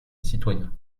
citoyen